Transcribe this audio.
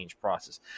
process